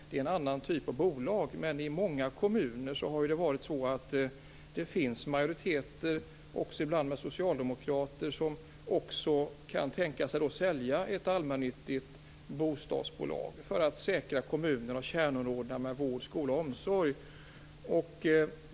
Det är en annan typ av bolag. I många kommuner har det dock funnits majoriteter, också med socialdemokrater, som har kunnat tänka sig att sälja ett allmännyttigt bostadsbolag för att säkra kommunens kärnområden vård, skola och omsorg.